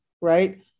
right